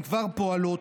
הן כבר פועלות,